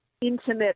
Intimate